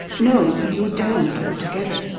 no, you don't altogether,